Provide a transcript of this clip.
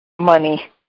money